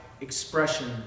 expression